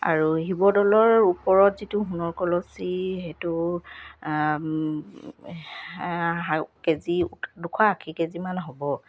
আৰু শিৱদৌলৰ ওপৰত যিটো সোণৰ কলচী সেইটো কেজি দুশ আশী কেজিমান হ'ব